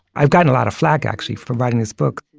i've gotten a lot of flak, actually, for writing this book.